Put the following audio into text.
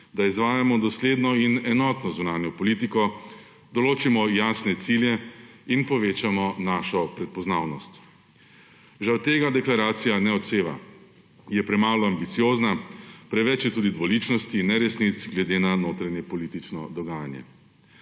da izvajamo dosledno in enotno zunanjo politiko, določimo jasne cilje in povečamo našo prepoznavnost. Žal tega deklaracija ne odseva, je premalo ambiciozna, preveč je tudi dvoličnosti in neresnic glede na notranjepolitično dogajanje.